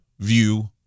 view